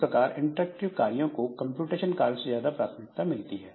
इस प्रकार इंटरएक्टिव कार्यों को कंप्यूटेशन कार्यों से ज्यादा प्राथमिकता मिलती है